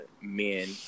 men